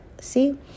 See